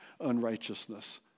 unrighteousness